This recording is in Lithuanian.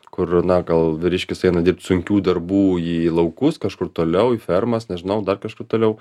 kur na gal vyriškis eina dirbt sunkių darbų į laukus kažkur toliau į fermas nežinau dar kažkur toliau